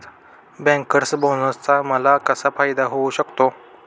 Bankers बोनसचा मला कसा फायदा होऊ शकतो?